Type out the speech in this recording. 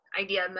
idea